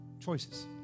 Choices